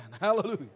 Hallelujah